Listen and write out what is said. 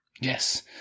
Yes